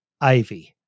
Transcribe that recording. Ivy